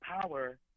power